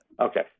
Okay